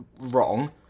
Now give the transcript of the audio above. wrong